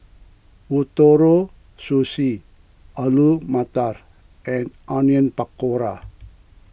Ootoro Sushi Alu Matar and Onion Pakora